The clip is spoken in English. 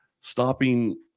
stopping